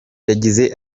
yagize